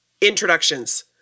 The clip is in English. introductions